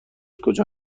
کجا